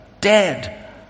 dead